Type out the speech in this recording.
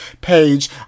page